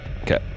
Okay